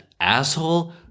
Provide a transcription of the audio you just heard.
asshole